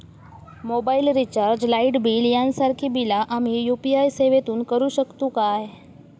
Mobile recharge, light bill यांसारखी बिला आम्ही यू.पी.आय सेवेतून करू शकतू काय?